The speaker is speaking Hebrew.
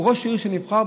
ראש עירייה שנבחר,